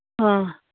ꯑꯥ